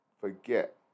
forget